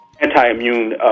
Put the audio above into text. anti-immune